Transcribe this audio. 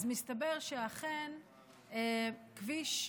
אז מסתבר שאכן כביש,